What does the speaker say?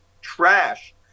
trash